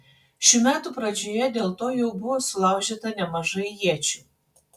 šių metų pradžioje dėl to jau buvo sulaužyta nemažai iečių